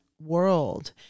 world